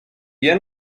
jen